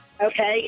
Okay